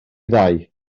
ddau